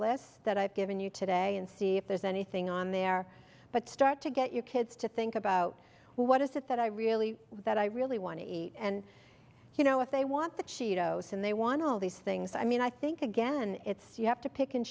lists that i've given you today and see if there's anything on there but start to get your kids to think about what is it that i really that i really want to eat and you know what they want the cheetos and they want all these things i mean i think again it's you have to pick and